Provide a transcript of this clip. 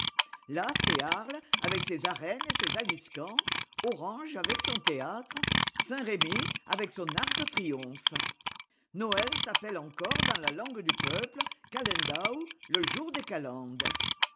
là c'est arles avec ses arènes et ses aliscamps orange avec son théâtre saintrémy avec son arc de triomphe noël s'appelle encore dans la langue du peuple calendau le jour des calendes